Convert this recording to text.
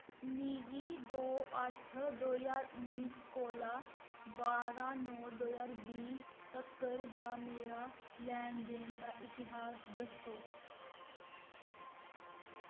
मिगी दो अट्ठ दो ज्हार उन्नी च कोला बारां नौ दो ज्हार बीह् तक्कर दा मेरा लैन देन दा इतिहास दस्सो